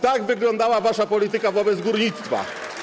Tak wyglądała wasza polityka wobec górnictwa.